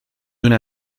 una